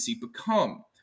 become